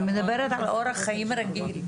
אני מדברת על אורח חיים רגיל.